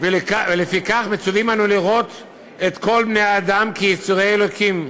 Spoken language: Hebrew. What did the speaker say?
ולפיכך מצוּוים אנו לראות את כל בני-האדם כיצורי אלוקים,